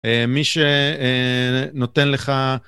מי שנותן לך